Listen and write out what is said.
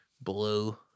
blue